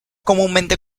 comúnmente